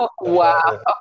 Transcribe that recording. Wow